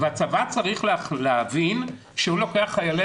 והצבא צריך להבין שהוא לוקח חיילי